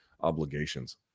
obligations